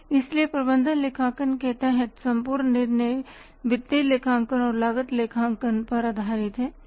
इसलिए प्रबंधन लेखांकन के तहत संपूर्ण निर्णय वित्तीय लेखांकन और लागत लेखांकन पर आधारित है